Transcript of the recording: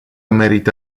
merită